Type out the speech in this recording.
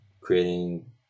creating